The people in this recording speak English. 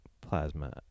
plasma